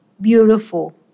beautiful